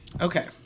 Okay